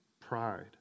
pride